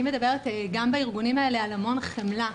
אני מדברת גם בארגונים האלה על המון חמלה.